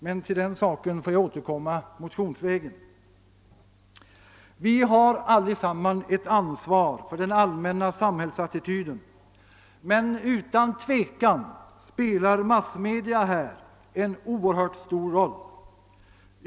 Den saken får jag emellertid återkomma till motionsvägen. Vi har alla ett ansvar för den allmänna samhällsattityden, men utan tvivel spelar massmedia där en oerhört stor roll.